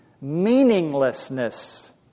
meaninglessness